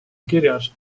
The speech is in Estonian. kirjas